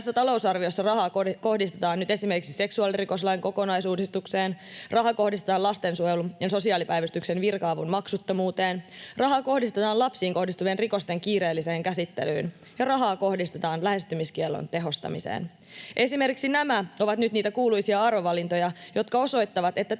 Tässä talousarviossa rahaa kohdistetaan nyt esimerkiksi seksuaalirikoslain kokonaisuudistukseen, rahaa kohdistetaan lastensuojelun ja sosiaalipäivystyksen virka-avun maksuttomuuteen, rahaa kohdistetaan lapsiin kohdistuvien rikosten kiireelliseen käsittelyyn ja rahaa kohdistetaan lähestymiskiellon tehostamiseen. Esimerkiksi nämä ovat nyt niitä kuuluisia arvovalintoja, jotka osoittavat,